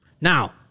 Now